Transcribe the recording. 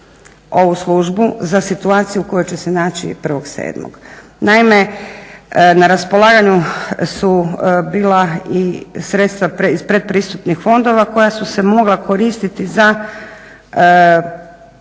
ovu službu za situaciju u kojoj će se naći 1.7. Naime, na raspolaganju su bila i sredstva iz pretpristupnih fondova koja su se mogla koristiti za